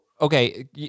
Okay